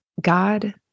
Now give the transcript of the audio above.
God